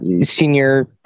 senior